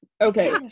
Okay